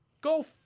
go